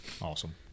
Awesome